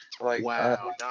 Wow